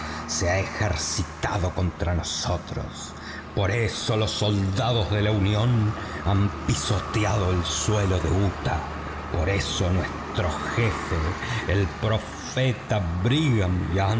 se ha ejercitado contra nosotros por eso los soldados de la unión han pisoteado el suelo de utah por eso nuestro jefe el profeta brigham